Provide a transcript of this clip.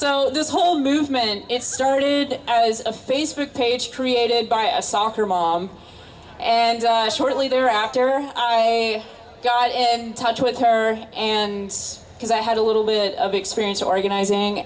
so this whole movement it started out as a facebook page created by a soccer mom and shortly thereafter i got in touch with her and because i had a little bit of experience organizing